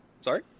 Sorry